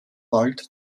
bald